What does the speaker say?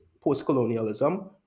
post-colonialism